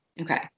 Okay